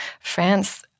France